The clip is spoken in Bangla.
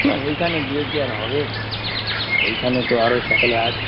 না ওইখানে গিয়ে কি আর হবে ওইখানে তো আরও সকলে আসবে